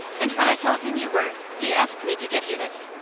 and when i told him you were he asked me to give you this.